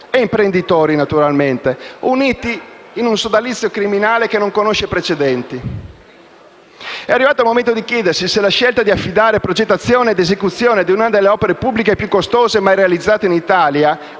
imprenditori, uniti in un sodalizio criminale che non conosce precedenti. È arrivato il momento di chiedersi se la scelta di affidare progettazione ed esecuzione di una delle opere pubbliche più costose mai realizzate in Italia